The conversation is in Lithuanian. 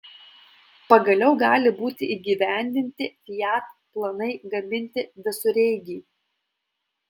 pagaliau gali būti įgyvendinti fiat planai gaminti visureigį